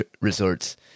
resorts